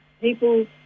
people